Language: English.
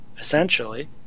essentially